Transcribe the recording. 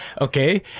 Okay